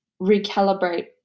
recalibrate